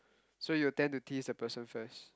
so you will tend to tease the person first